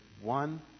one